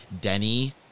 Denny